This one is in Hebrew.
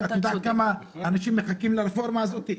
את יודעת כמה אנשים מחכים לרפורמה הזאת?